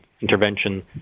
intervention